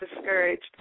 discouraged